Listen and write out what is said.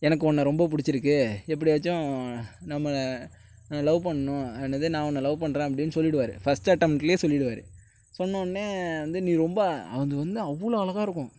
எனக்கு உன்ன ரொம்ப பிடிச்சிருக்கு எப்டியாச்சும் நம்ம லவ் பண்ணணும் என்னது நான் உன்னை லவ் பண்ணுறேன் அப்படினு சொல்லிடுவார் ஃபர்ஸ்ட் அட்டெம்ட்லேயே சொல்லிடுவார் சொன்னோன்னே வந்து நீ ரொம்ப அது வந்து அவ்வளோ அழகாக இருக்கும்